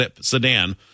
sedan